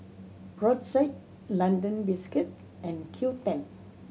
Brotzeit London Biscuits and Qoo ten